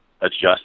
adjust